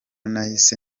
nahise